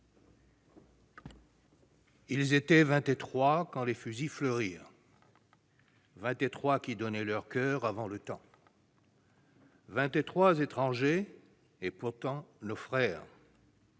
Ils étaient vingt et trois quand les fusils fleurirent « Vingt et trois qui donnaient leur coeur avant le temps « Vingt et trois étrangers et nos frères